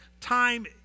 time